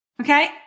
Okay